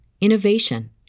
innovation